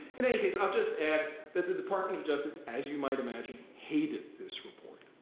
in any case, i'll just add that the department of justice, as you might imagine, hated this report.